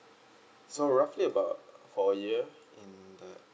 so roughly about four year in the